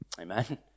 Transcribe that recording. Amen